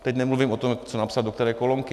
Teď nemluvím o tom, co napsat do které kolonky.